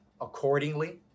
accordingly